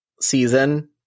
season